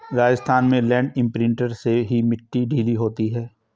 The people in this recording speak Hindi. राजस्थान में लैंड इंप्रिंटर से ही मिट्टी ढीली होती है